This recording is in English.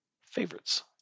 favorites